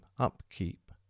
upkeep